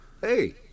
hey